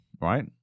right